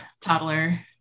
toddler